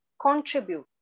contribute